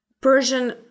Persian